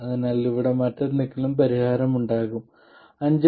അതിനാൽ ഇവിടെ എന്തെങ്കിലും പരിഹാരമുണ്ടാകും 5